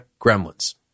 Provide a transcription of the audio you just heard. Gremlins